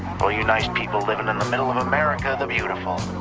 but you nice people living in the middle of america, the beautiful.